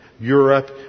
...Europe